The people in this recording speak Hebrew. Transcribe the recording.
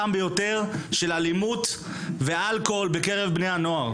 ביותר של אלימות ואלכוהול בקרב בני הנוער.